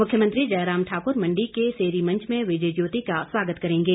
मुख्यमंत्री जयराम ठाकुर मंडी के सेरीमंच में विजय ज्योति का स्वागत करेंगे